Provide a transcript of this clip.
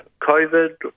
COVID